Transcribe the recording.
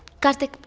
karthik,